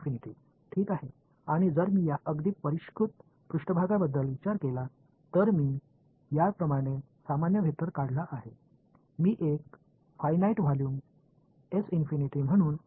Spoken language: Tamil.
இவை வரையறுக்கப்பட்ட மேற்பரப்புகளாக நான் நினைத்தால் உண்மையில் இது போன்ற சாதாரண வெக்டர் வரைந்திருக்கிறேன் நான் ஒரு வரையறுக்கப்பட்ட கொள்ளளவு ஆக நினைத்தால்